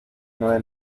nueve